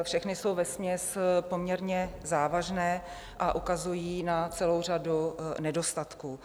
Všechny jsou vesměs poměrně závažné a ukazují na celou řadu nedostatků.